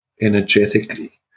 energetically